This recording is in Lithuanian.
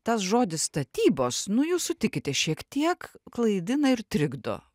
tas žodis statybos nu jūs sutikite šiek tiek klaidina ir trikdo